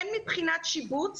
הן מבחינת שיבוץ